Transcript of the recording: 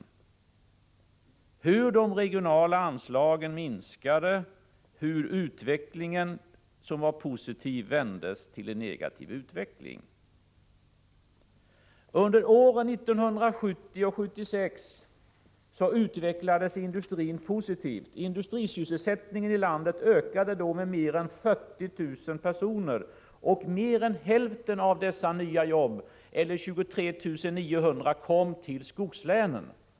Då minskade de regionala anslagen, och utvecklingen, som var positiv, vändes i negativ riktning. Under åren 1970-1976 utvecklades industrin positivt. Industrisysselsätt ningen i landet ökade då med mer än 40 000 personer, och mer än hälften av dessa nya jobb, 23 900, kom till skogslänen.